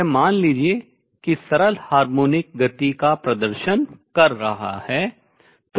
यह मान लीजिए कि सरल हार्मोनिक गति का प्रदर्शन कर रहा है